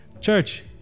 Church